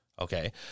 Okay